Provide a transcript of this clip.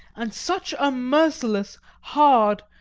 and such a mirthless, hard,